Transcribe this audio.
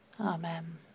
Amen